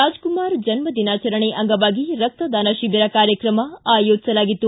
ರಾಜ್ಕುಮಾರ್ ಜನ್ಮದಿನಾಚರಣೆ ಅಂಗವಾಗಿ ರಕ್ತದಾನ ಶಿಬಿರ ಕಾರ್ಯಕ್ರಮ ಅಯೋಜಿಸಲಾಗಿತ್ತು